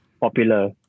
Popular